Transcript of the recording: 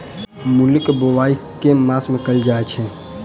मूली केँ बोआई केँ मास मे कैल जाएँ छैय?